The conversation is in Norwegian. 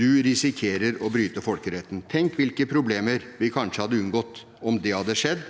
Du risikerer å bryte folkeretten. – Tenk hvilke problemer vi kanskje hadde unngått om det hadde skjedd,